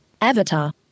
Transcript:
Avatar